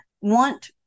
want